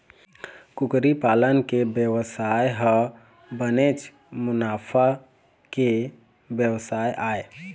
कुकरी पालन के बेवसाय ह बनेच मुनाफा के बेवसाय आय